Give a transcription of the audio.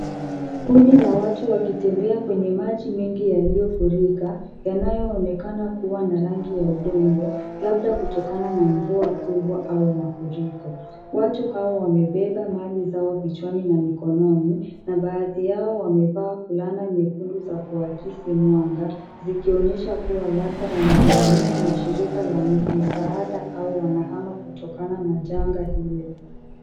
Kundi la watu wakitembea kwa maji nyingi yaliyofunikwa na rangi ya udongo labda mvua kubwa au mafuriko. Watu hawa wamebeba mali yao kichwani na mgogoni. Baadhi yao wamevaa fulana za kuakisi mwanga vikionyesha kuwa hali na shirika la msaada au wanahama kutokana na jengo hilo.